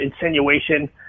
insinuation